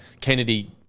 Kennedy